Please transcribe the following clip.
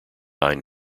nine